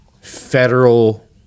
federal